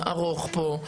ארוך פה.